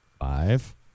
Five